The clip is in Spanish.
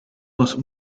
los